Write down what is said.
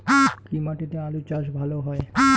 কি মাটিতে আলু চাষ ভালো হয়?